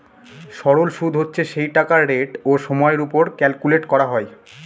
সরল সুদ হচ্ছে সেই টাকার রেট ও সময়ের ওপর ক্যালকুলেট করা হয়